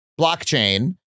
blockchain